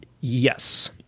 Yes